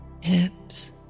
hips